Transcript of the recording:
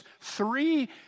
three